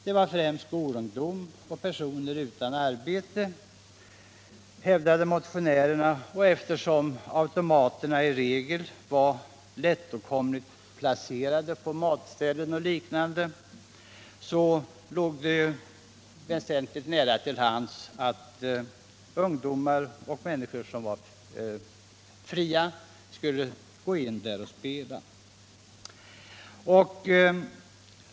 Det var främst skolungdom och personer utan arbete, hävdade motionärerna, och eftersom automaterna som regel var lättåtkomligt placerade på matställen och liknande, låg det nära till hands för dessa människor att gå in där och spela.